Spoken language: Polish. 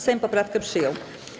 Sejm poprawkę przyjął.